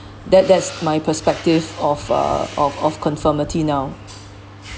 that that's my perspective of uh of of conformity now